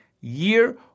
year